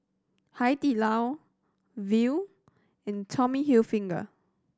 Hai Di Lao Viu and Tommy Hilfiger